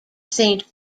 saint